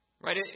right